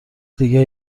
دیگه